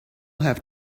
have